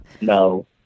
No